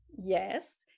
yes